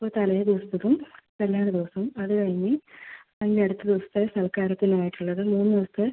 ഇപ്പോൾ തലേ ദിവസത്തെതും കല്ല്യാണ ദിവസവും അത് കഴിഞ്ഞ് അതിൻ്റെ അടുത്ത ദിവസത്ത സൽക്കാരത്തിന് ആയിട്ട് ഉള്ളത് മൂന്ന് ദിവസത്ത